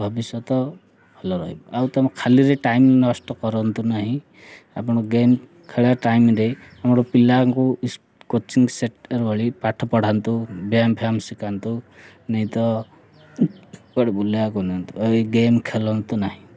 ଭବିଷ୍ୟତ ଭଲ ରହିବ ଆଉ ତୁମ ଖାଲିରେ ଟାଇମ୍ ନଷ୍ଟ କରନ୍ତୁ ନାହିଁ ଆପଣ ଗେମ୍ ଖେଳ ଟାଇମ୍ରେ ଆମର ପିଲାଙ୍କୁ କୋଚିଂ ସେଣ୍ଟର୍ ଭଳି ପାଠ ପଢ଼ାନ୍ତୁ ବ୍ୟାୟାମ ଫ୍ୟାୟାମ ଶିଖାନ୍ତୁ ନେଇ ତପଆେ ବୁଲାଇବାକୁ ନିଅନ୍ତୁ ଆଉ ଏଇ ଗେମ୍ ଖେଳନ୍ତୁ ନାହିଁ